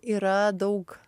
yra daug